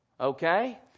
okay